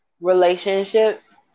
relationships